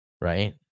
Right